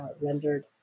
rendered